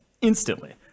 instantly